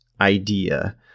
idea